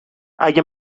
اگه